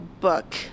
book